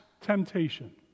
temptation